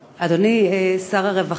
אדוני שר הרווחה,